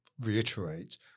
reiterate